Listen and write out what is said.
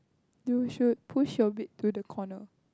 you should push your bed to the corner